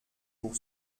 pour